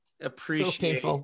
appreciate